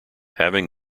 having